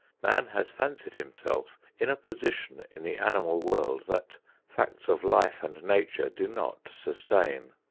man has fancied himself in a position in the animal world that facts of life and nature do not sustain.